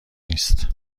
نیست